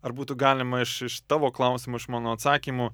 ar būtų galima iš iš tavo klausimų iš mano atsakymų